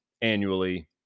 annually